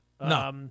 No